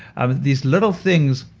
um these little things.